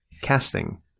casting